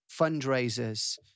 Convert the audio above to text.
fundraisers